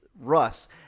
Russ